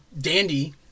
Dandy